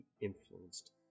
influenced